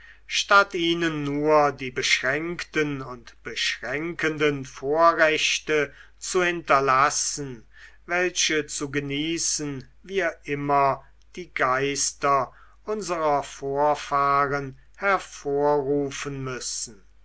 statt ihnen nur die beschränkten und beschränkenden vorrechte zu hinterlassen welche zu genießen wir immer die geister unserer vorfahren hervorrufen müssen